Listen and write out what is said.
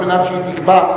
כדי שהיא תקבע.